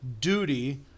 duty